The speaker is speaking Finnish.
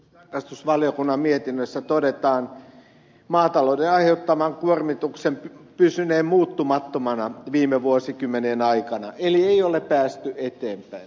tarkastusvaliokunnan mietinnössä todetaan maatalouden aiheuttaman kuormituksen pysyneen muuttumattomana viime vuosikymmenien aikana eli ei ole päästy eteenpäin tämä on fakta